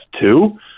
two